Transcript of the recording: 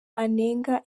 anenga